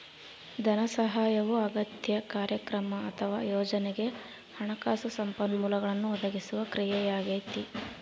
ಧನಸಹಾಯವು ಅಗತ್ಯ ಕಾರ್ಯಕ್ರಮ ಅಥವಾ ಯೋಜನೆಗೆ ಹಣಕಾಸು ಸಂಪನ್ಮೂಲಗಳನ್ನು ಒದಗಿಸುವ ಕ್ರಿಯೆಯಾಗೈತೆ